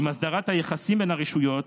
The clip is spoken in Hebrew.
עם הסדרת היחסים בין הרשויות,